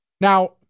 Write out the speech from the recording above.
Now